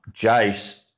Jace